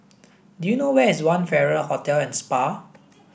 do you know where is One Farrer Hotel and Spa